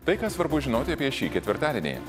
tai ką svarbu žinoti apie šį ketvirtadienį